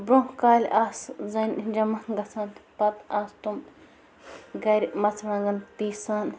برٛونٛہہ کالہِ آسہٕ زَنہِ جمع گَژھان پتہٕ آسہٕ تِم گَرِ مرژٕوانٛگن پیٖسان